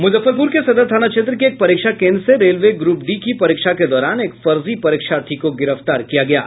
मुजफ्फरपुर के सदर थाना क्षेत्र के एक परीक्षा केन्द्र से रेलवे ग्रूप डी की परीक्षा के दौरान एक फर्जी परीक्षार्थी को गिरफ्तार किया गया है